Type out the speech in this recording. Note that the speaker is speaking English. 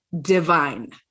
divine